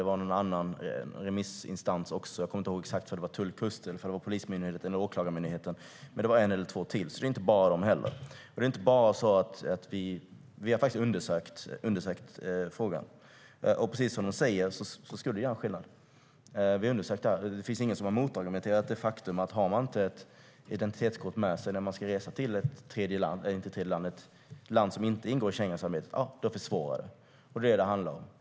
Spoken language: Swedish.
Det var någon annan remissinstans också. Jag kommer inte ihåg exakt ifall det var Tullverket, Kustbevakningen, Polismyndigheten eller Åklagarmyndigheten, men det var en eller två till. Det var inte alltså inte bara Kriminalvården. Vi har undersökt frågan. Och precis som Kriminalvården säger skulle det göra skillnad. Vi har undersökt det, och det finns inga motargument mot att det försvårar om man inte har ett identitetskort med sig när man ska resa till ett land som inte ingår i Schengensamarbetet. Det är det som det handlar om.